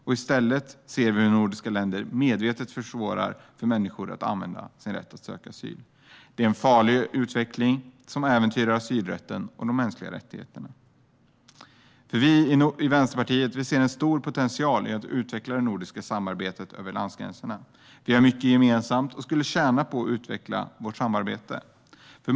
I stället ser vi hur nordiska länder medvetet försvårar för människor att använda sin rätt att söka asyl. Det är en farlig utveckling som äventyrar asylrätten och de mänskliga rättigheterna. Vi i Vänsterpartiet ser en stor potential i att utveckla det nordiska samarbetet över landgränserna. Vi har mycket gemensamt, och vi skulle tjäna på att utveckla vårt samarbete.